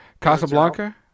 Casablanca